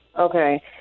Okay